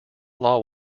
law